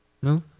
no?